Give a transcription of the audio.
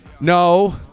No